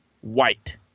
white